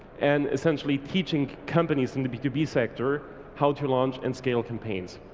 and essentially teaching companies in the b two b sector how to launch and scale campaigns,